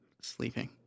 sleeping